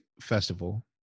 festival